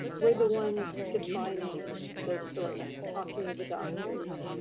we're the ones defining those stories, talking to the doctors.